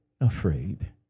Afraid